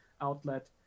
outlet